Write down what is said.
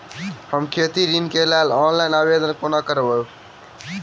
हम खेती ऋण केँ लेल ऑनलाइन आवेदन कोना करबै?